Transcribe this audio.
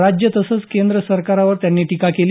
राज्य तसंच केंद्रसरकारवर त्यांनी टीका केली